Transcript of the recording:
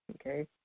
Okay